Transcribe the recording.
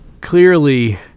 clearly